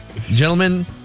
Gentlemen